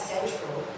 Central